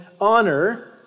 honor